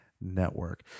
Network